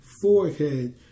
forehead